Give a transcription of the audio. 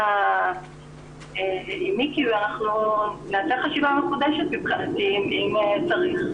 אנחנו נעשה חשיבה מחודשת אם צריך את זה,